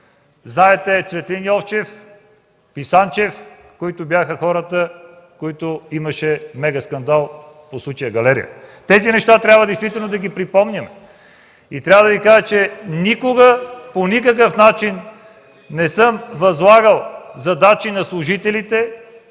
Петров, Цветлин Йовчев и Писанчев, хората, с които имаше мегаскандал по случая „Галерия”. Тези неща трябва действително да ги припомняме. Трябва да Ви кажа, че никога, по никакъв начин не съм възлагал задачи на служителите,